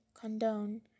condone